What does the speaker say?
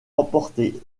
remporté